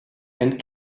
and